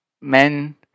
men